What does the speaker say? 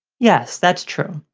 yes, that's true.